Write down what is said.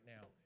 now